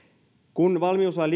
kun valmiuslain